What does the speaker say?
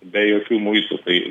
be jokių muitų kai